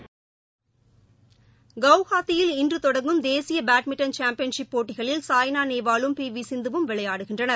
விளையாட்டுச்செய்திகள் குவஹாத்தியில் இன்று தொடங்கும் தேசிய பேட்மிண்டன் சாம்பியன்ஷிப் போட்டிகளில் சாய்னா நேவாலும் பி வி சிந்துவும் விளையாடுகின்றனர்